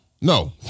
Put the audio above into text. No